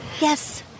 yes